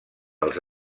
els